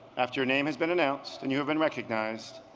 after your name has been announced and you have been recognized,